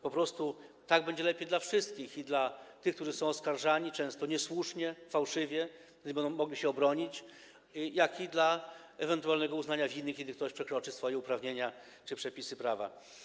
Po prostu tak będzie lepiej dla wszystkich: i dla tych, którzy są oskarżani, często niesłusznie, fałszywie, wtedy będą mogli się obronić, i dla ewentualnego uznania winy, kiedy ktoś przekroczy swoje uprawnienia czy przepisy prawa.